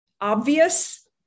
obvious